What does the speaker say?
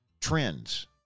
trends